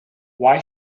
why